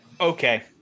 Okay